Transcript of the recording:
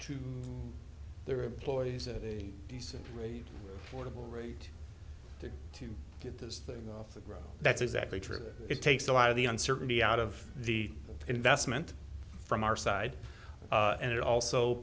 to their employees at a decent rate fordable rate to to get this thing off the ground that's exactly true it takes a lot of the uncertainty out of the investment from our side and it also